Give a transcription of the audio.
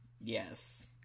Yes